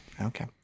Okay